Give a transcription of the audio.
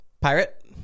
Pirate